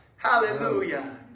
Hallelujah